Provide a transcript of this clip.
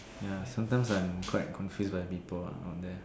ya sometimes I'm quite confused by the people ah out there